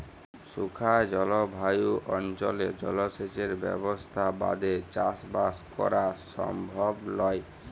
শুখা জলভায়ু অনচলে জলসেঁচের ব্যবসথা বাদে চাসবাস করা সমভব লয়